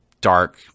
dark